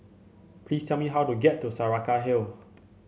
please tell me how to get to Saraca Hill